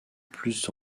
plus